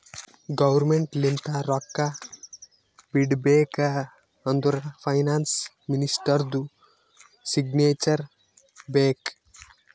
government ಲಿಂತ ರೊಕ್ಕಾ ಬಿಡ್ಬೇಕ ಅಂದುರ್ ಫೈನಾನ್ಸ್ ಮಿನಿಸ್ಟರ್ದು ಸಿಗ್ನೇಚರ್ ಬೇಕ್